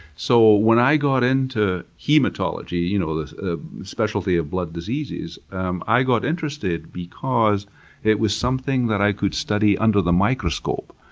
so when i got into hematology, you know the specialty of blood diseases, um i got interested because it was something that i could study under the microscope.